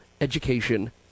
education